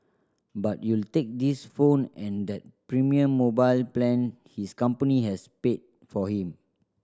but you'll take this phone and that premium mobile plan his company has paid for him